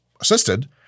assisted